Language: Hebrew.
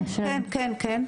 כן, כן.